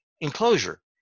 enclosure